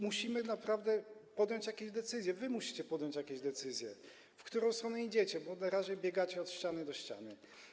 Musimy naprawdę podjąć jakieś decyzje, wy musicie podjąć jakieś decyzje, określić, w którą stronę idziecie, bo na razie biegacie od ściany do ściany.